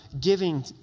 giving